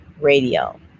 radio